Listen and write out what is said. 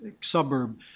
suburb